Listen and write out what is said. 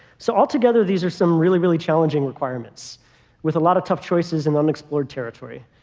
so all together, these are some really, really challenging requirements with a lot of tough choices and unexplored territory.